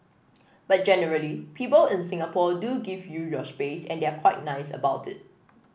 but generally people in Singapore do give you your space and they're quite nice about it